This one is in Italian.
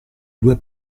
due